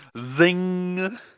Zing